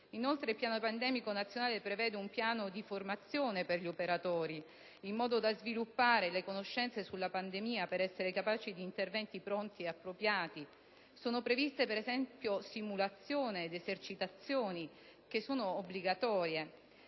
pandemia. Il Piano pandemico nazionale, inoltre, prevede un piano di formazione per gli operatori in modo da sviluppare le conoscenze sulla pandemia per essere capaci di interventi pronti e appropriati. Sono previste, per esempio, simulazioni ed esercitazioni, che sono obbligatorie.